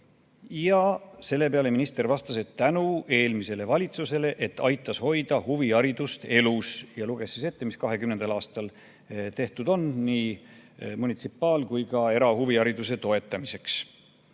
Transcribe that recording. Selle peale minister vastas, et ta tänab eelmist valitsust, et see aitas huviharidust elus hoida, ja luges siis ette, mis 2020. aastal tehtud on nii munitsipaal- kui ka erahuvihariduse toetamiseks.